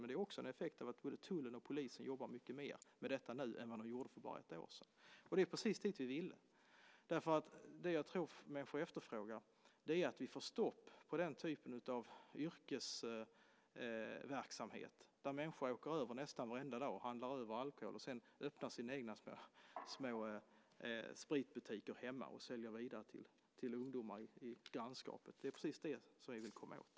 Men det är också en effekt av att både tullen och polisen jobbar mer med detta nu än för bara ett år sedan. Det är precis dit vi ville. Jag tror att människor efterfrågar att vi får stopp på den typen av yrkesverksamhet, det vill säga att människor åker över gränsen nästan varenda dag, handlar alkohol och sedan öppnar sina egna små spritbutiker hemma och säljer vidare till ungdomar i grannskapet. Det är precis det vi vill komma åt.